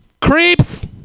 Creeps